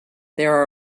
there